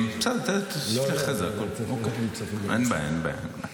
תוסיף לי אחרי זה, אין בעיה.